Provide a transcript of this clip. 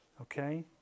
Okay